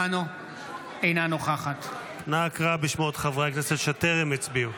אינה נוכחת נא, קרא בשמות חברי הכנסת שטרם הצביעו.